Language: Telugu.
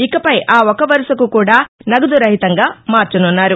ఇకపై ఆ ఒక వరుసను కూడా నగదు రహితంగా మార్చనున్నారు